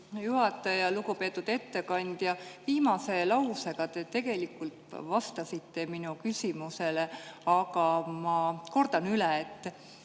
juhataja! Lugupeetud ettekandja! Viimase lausega te tegelikult vastasite minu küsimusele, aga ma kordan üle.